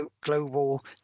global